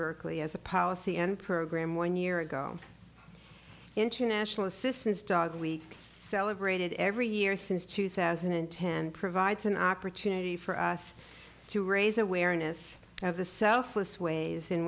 berkeley as a policy and program one year ago international assistance dog we celebrated every year since two thousand and ten provides an opportunity for us to raise awareness of the selfless ways in